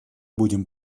будем